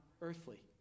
earthly